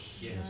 Yes